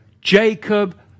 Jacob